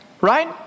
right